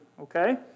okay